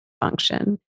function